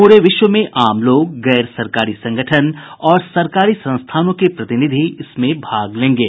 पूरे विश्व में आम लोग गैर सरकारी संगठन और सरकारी संस्थानों के प्रतिनिधि इसमें भाग लेंगे